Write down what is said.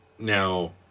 Now